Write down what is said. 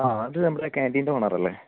അത് നമ്മുടെ ക്യാൻറ്റീൻ്റെ ഓണറല്ലെ